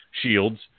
shields